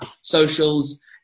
socials